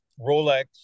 Rolex